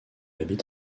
habite